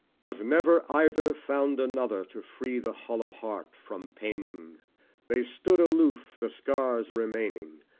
but never either found another to free the hollow heart from paining they stood aloof the scars remaining,